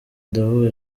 ndavuga